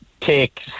take